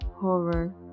horror